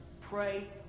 Pray